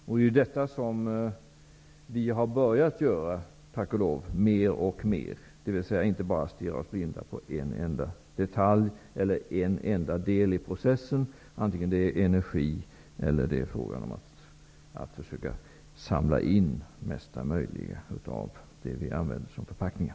Det har vi tack och lov börjat göra mer och mer, och inte bara stirra oss blinda på en detalj eller en enda del i processen, antingen det gäller energi eller att försöka samla in mesta möjliga av det vi använder som förpackningar.